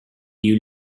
liu